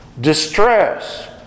distress